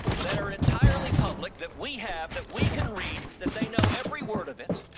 that are entirely public, that we have, that we can read that they know every word of it,